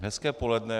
Hezké poledne.